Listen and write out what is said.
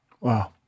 Wow